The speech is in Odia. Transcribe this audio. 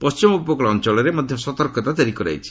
ପଣ୍ଢିମ ଉପକୃଳ ଅଞ୍ଚଳରେ ମଧ୍ୟ ସତର୍କତା ଜାରି କରାଯାଇଛି